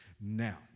Now